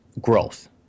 growth